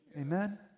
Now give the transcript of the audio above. Amen